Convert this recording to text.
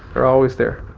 they're always there